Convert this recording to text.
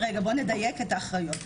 בוא נדייק את האחריות.